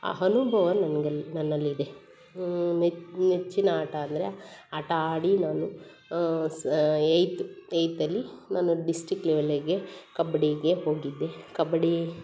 ಆ ಅನುಬವ ನನ್ಗಲ್ಲಿ ನನ್ನಲ್ಲಿದೆ ನೆಚ್ಚಿನ ಆಟ ಅಂದರೆ ಆಟ ಆಡಿ ನಾನು ಸ ಏಯ್ತ್ ಏಯ್ತಲ್ಲಿ ನಾನು ಡಿಸ್ಟಿಕ್ ಲೆವೆಲಿಗೆ ಕಬಡ್ಡಿಗೆ ಹೋಗಿದ್ದೆ ಕಬಡ್ಡಿ